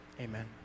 amen